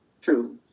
True